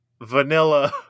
vanilla